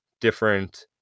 different